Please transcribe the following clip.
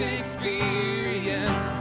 experience